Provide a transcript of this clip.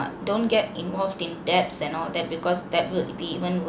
uh don't get involved in debts and all that because that will be even worse